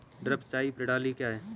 Drip सिंचाई प्रणाली क्या है?